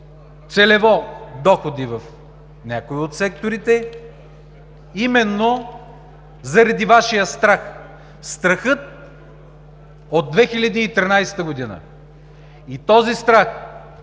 целево доходи в някои от секторите, именно заради Вашия страх – страхът от 2013 г. И този страх